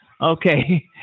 Okay